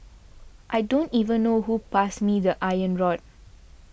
I don't even know who passed me the iron rod